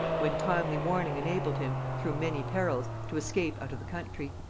when timely warning enabled him, through many perils, to escape out of the country.